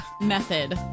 method